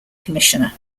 commissioner